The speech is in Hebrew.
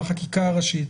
בחקיקה הראשית.